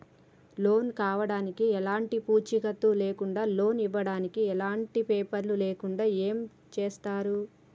Loan కావడానికి ఎలాంటి పూచీకత్తు లేకుండా లోన్ ఇవ్వడానికి ఎలాంటి పేపర్లు లేకుండా ఏం చేస్తారు?